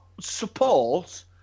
support